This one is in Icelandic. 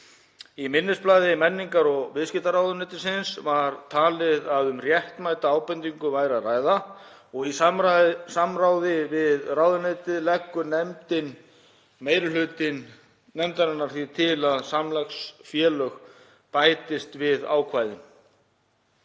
Í minnisblaði menningar- og viðskiptaráðuneytis var talið að um réttmæta ábendingu væri að ræða. Í samráði við ráðuneytið leggur meiri hluti nefndarinnar því til að samlagsfélög bætist við ákvæðin.